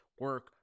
Work